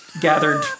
gathered